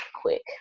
quick